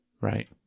Right